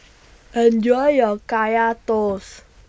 Enjoy your Kaya Toast